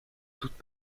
toutes